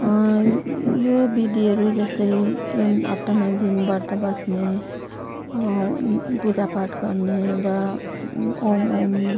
यो विधिहरू जस्तै एम् हप्तामा एकदिन ब्रत बस्ने पूजापाठ गर्ने र ओम् ओम्